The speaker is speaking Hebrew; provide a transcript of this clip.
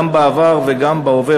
גם בעבר וגם בהווה,